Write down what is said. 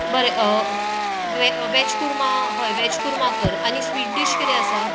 बरें वॅज वॅज कुरमा हय वॅज कुरमा कर आनी स्वीट डिश कितें आसा